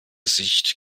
sicht